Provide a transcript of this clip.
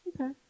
Okay